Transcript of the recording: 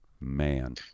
man